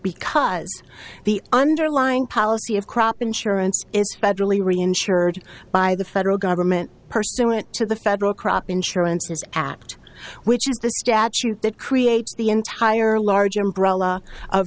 because the underlying policy of crop insurance is federally reinsured by the federal government pursuant to the federal crop insurance his act which is the statute that creates the entire large umbrella of